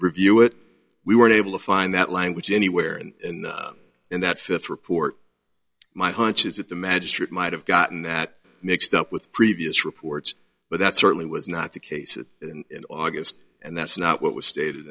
review it we were unable to find that language anywhere and in that fifth report my hunch is that the magistrate might have gotten that mixed up with previous reports but that certainly was not the case in august and that's not what was stated